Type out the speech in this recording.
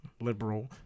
liberal